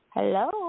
Hello